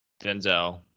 denzel